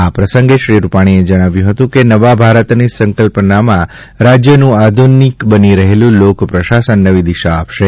આ પ્રસંગે શ્રી રૂપાણીએ જણાવ્યું હતું કે નવા ભારતની સંકલ્પનામાં રાજ્યનું આધુનિક બની રહેલું લોક પ્રશાસન નવી દિશા આપશે